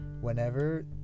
Whenever